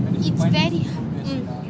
it's very hard mm